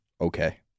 okay